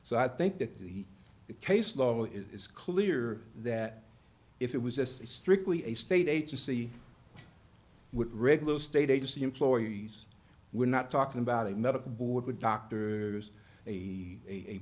so i think that the case law is clear that if it was just strictly a state agency with regular state agency employees we're not talking about a medical board but doctor a